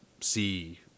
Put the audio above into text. see